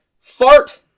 fart